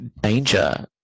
danger